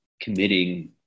committing